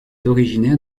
originaire